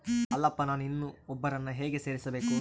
ಅಲ್ಲಪ್ಪ ನಾನು ಇನ್ನೂ ಒಬ್ಬರನ್ನ ಹೇಗೆ ಸೇರಿಸಬೇಕು?